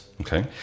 Okay